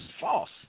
false